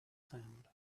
sand